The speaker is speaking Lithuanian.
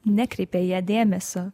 nekreipia į ją dėmesio